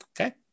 Okay